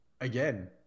again